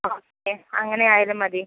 okay അങ്ങനെയായാലും മതി